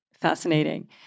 fascinating